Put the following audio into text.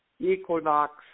equinox